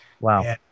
Wow